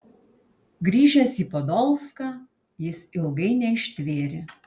grįžęs į podolską jis ilgai neištvėrė